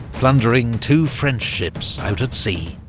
plundering two french ships out at sea.